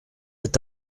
est